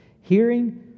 hearing